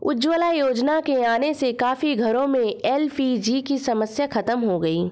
उज्ज्वला योजना के आने से काफी घरों में एल.पी.जी की समस्या खत्म हो गई